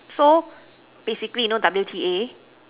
so basically you know W_T_A